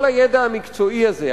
כל הידע המקצועי הזה,